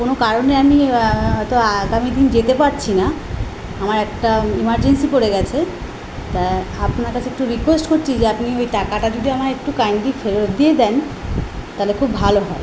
কোনো কারণে আমি হয়তো আগামী দিন যেতে পারছি না আমার একটা এমারজেন্সি পড়ে গেছে তা আপনার কাছে একটু রিকোয়েস্ট করছি যে আপনি ওই টাকাটা যদি আমায় একটু কাইন্ডলি ফেরত দিয়ে দেন তাহলে খুব ভালো হয়